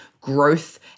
growth